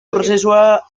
prozesua